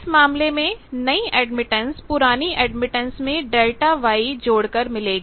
इस मामले में नई एडमिटेंस पुरानी एडमिटेंस में ΔY जोड़कर मिलेगी